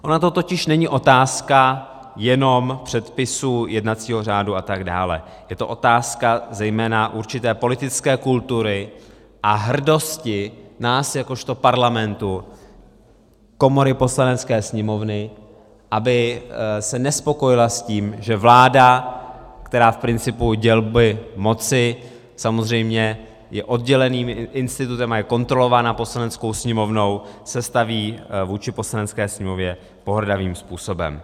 Ona to totiž není otázka jenom předpisu, jednacího řádu atd., je to otázka zejména určité politické kultury a hrdosti nás jakožto Parlamentu, komory, Poslanecké sněmovny, aby se nespokojila s tím, že vláda, která v principu dělby moci samozřejmě je odděleným institutem a je kontrolována Poslaneckou sněmovnou, se staví vůči Poslanecké sněmově pohrdavým způsobem.